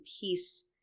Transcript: peace